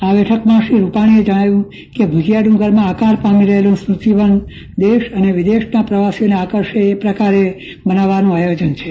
આ બેઠકમાં શ્રી રૂપાણીએ જણાવ્યું કે ભૂજિયા ડુંગરમાં આકાર પામી રહેલું સ્મૃતિ વન દેશ અને વિદેશના પ્રવાસીઓને આકર્ષે એ પ્રકારે બનાવવાનું આયોજન છે